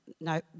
no